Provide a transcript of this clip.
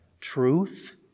truth